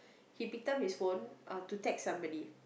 he picked up his phone uh to text somebody